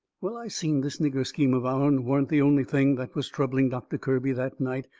well, i seen this nigger scheme of our'n wasn't the only thing that was troubling doctor kirby that night.